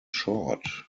short